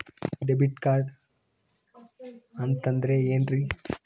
Debit card ಅಂತಂದ್ರೆ ಏನ್ರೀ?